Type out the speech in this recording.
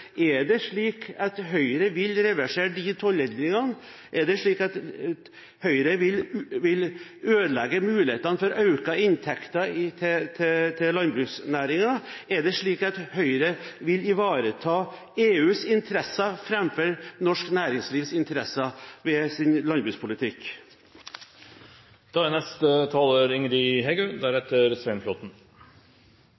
Er det slik at Høyre vil reversere tollendringene? Er det slik at Høyre vil ødelegge mulighetene for økte inntekter til landbruksnæringen? Er det slik at Høyre vil ivareta EUs interesser framfor norsk næringslivs interesser med sin landbrukspolitikk?